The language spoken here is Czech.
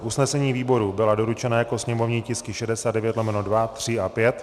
Usnesení výborů byla doručena jako sněmovní tisky 69/2, 3 a 5.